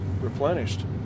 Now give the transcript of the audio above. replenished